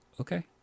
okay